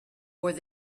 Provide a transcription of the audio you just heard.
where